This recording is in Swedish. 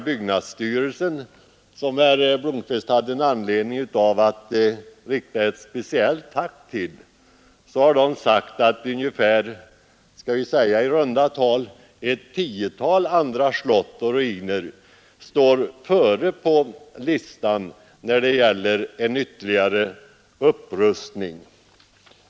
Byggnadsstyrelsen, som herr Blomkvist hade anledning att rikta ett speciellt tack till, har sagt att ungefär ett tiotal andra slott och ruiner står före på listan när det gäller en ytterligare upprustning.